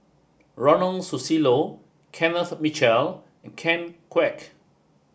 Ronald Susilo Kenneth Mitchell and Ken Kwek